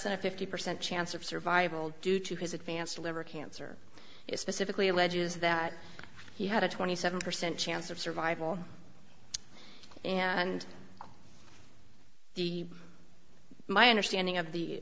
than a fifty percent chance of survival due to his advanced liver cancer specifically alleges that he had a twenty seven percent chance of survival and the my understanding of the